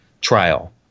trial